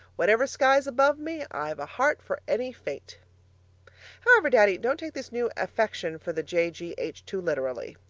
whatever sky's above me, i've a heart for any fate however, daddy, don't take this new affection for the j g h. too literally.